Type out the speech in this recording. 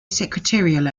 secretarial